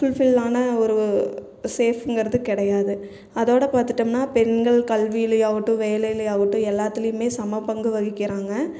full ஃபில்லான ஒரு சேஃப்புங்கிறது கிடயாது அதோடு பார்த்துட்டம்னா பெண்கள் கல்வியில் ஆகட்டும் வேலையில் ஆகட்டும் எல்லாத்திலயுமே சம பங்கு வகிக்கிறாங்க